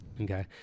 Okay